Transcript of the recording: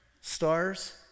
stars